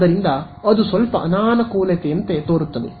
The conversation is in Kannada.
ಆದ್ದರಿಂದ ಅದು ಸ್ವಲ್ಪ ಅನಾನುಕೂಲತೆಯಂತೆ ತೋರುತ್ತದೆ